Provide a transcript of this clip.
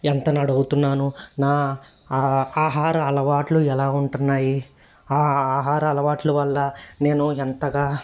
ఎంత న అడుగుతున్నాను నా ఆహార అలవాట్లు ఎలా ఉంటున్నాయి ఆ ఆహార అలవాట్ల వల్ల నేను ఎంతగా